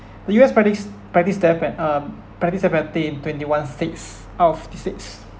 the U_S practice practice death pen um practice death penalty in twenty one states out of fifty six